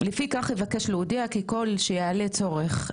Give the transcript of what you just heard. לפי כך אבקש להודיע כי ככול שייעלה צורך,